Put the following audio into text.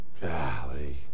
Golly